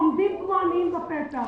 עומדים כמו עניים בפתח.